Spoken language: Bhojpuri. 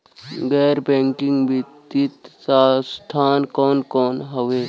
गैर बैकिंग वित्तीय संस्थान कौन कौन हउवे?